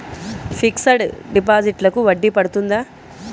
Fixed డిపాజిట్లకు వడ్డీ పడుతుందా?